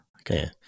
okay